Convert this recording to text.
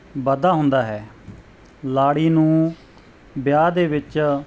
ਵਾਧਾ ਹੁੰਦਾ ਹੈ ਲਾੜੀ ਨੂੰ ਵਿਆਹ ਦੇ ਵਿੱਚ